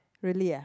really ah